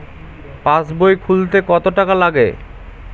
পাশবই খুলতে কতো টাকা লাগে?